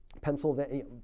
Pennsylvania